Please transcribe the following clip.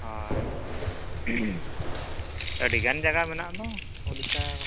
ᱦᱚᱭ ᱟᱹᱰᱤᱜᱟᱱ ᱡᱟᱜᱟ ᱢᱮᱱᱟᱜᱫᱚ ᱳᱰᱤᱥᱟ